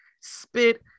spit